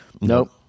Nope